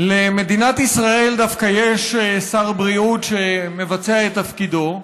למדינת ישראל דווקא יש שר בריאות שמבצע את תפקידו,